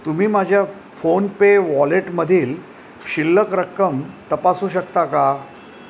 तुम्ही माझ्या फोनपे वॉलेटमधील शिल्लक रक्कम तपासू शकता का